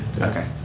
Okay